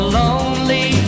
lonely